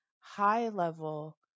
high-level